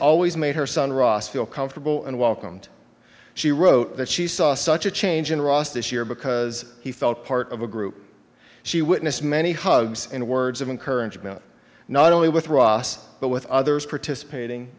always made her son ross feel comfortable and welcomed she wrote that she saw such a change in ross this year because he felt part of a group she witnessed many hugs and words of encouragement not only with ross but with others participating